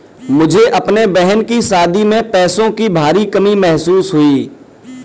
मुझे अपने बहन की शादी में पैसों की भारी कमी महसूस हुई